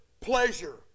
pleasure